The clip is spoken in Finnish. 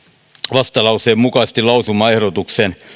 vastalauseen mukaisesti lausumaehdotuksen